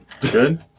Good